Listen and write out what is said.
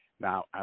Now